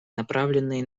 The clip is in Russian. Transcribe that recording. направленные